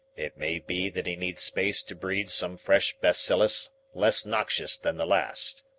it may be that he needs space to breed some fresh bacillus less noxious than the last.